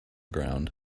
ground